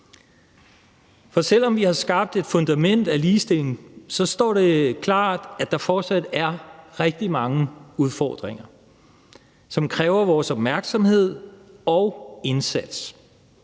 af. Selv om vi har skabt et fundament af ligestilling, står det klart, at der fortsat er rigtig mange udfordringer, som kræver vores opmærksomhed og indsats.